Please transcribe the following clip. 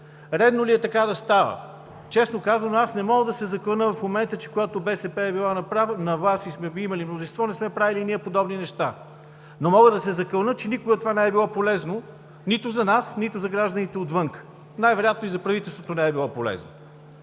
Редно ли е така да става? Честно казано, не мога в момента да се закълна, че когато БСП е била на власт и сме имали мнозинство, не сме правили и ние подобни неща. Мога да се закълна обаче, че никога това не е било полезно нито за нас, нито за гражданите отвън. Най-вероятно и за правителството не е било полезно.